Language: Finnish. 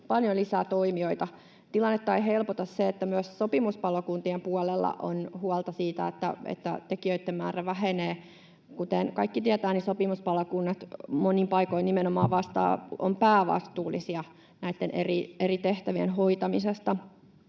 paljon lisää toimijoita. Tilannetta ei helpota se, että myös sopimuspalokuntien puolella on huolta siitä, että tekijöitten määrä vähenee. Kuten kaikki tietävät, sopimuspalokunnat monin paikoin nimenomaan ovat päävastuullisia näitten eri tehtävien hoitamisesta.